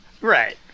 right